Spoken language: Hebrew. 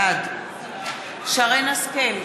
בעד שרן השכל,